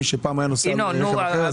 מי שפעם היה נוסע ברכב כזה,